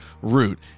root